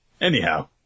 Anyhow